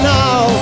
now